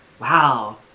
Wow